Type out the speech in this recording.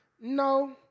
No